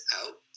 out